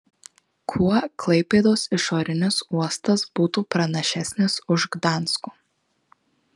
kuo klaipėdos išorinis uostas būtų pranašesnis už gdansko